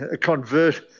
convert